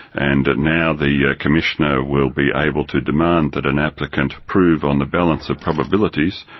and now the ah commissioner will be able to demand that an applicant prove on the balance of probabilities,